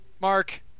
Mark